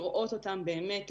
כדי לראות אותם באמת,